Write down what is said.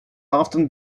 often